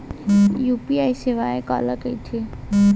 UPI सेवा काला कइथे?